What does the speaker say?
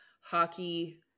hockey